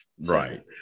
Right